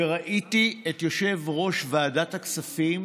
וראיתי את יושב-ראש ועדת הכספים